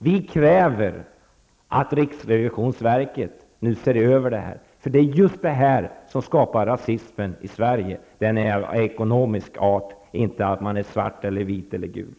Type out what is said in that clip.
Vi kräver att riksrevisionsverket nu ser över det här. Det är just det här som skapar rasismen i Sverige. Den har ekonomisk grund och har inte att göra med om människor är svarta, vita eller gula.